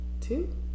two